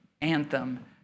anthem